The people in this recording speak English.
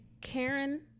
Karen